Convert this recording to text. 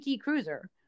Cruiser